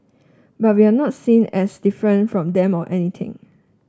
but we're not seen as different from them or anything